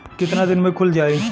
कितना दिन में खुल जाई?